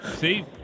See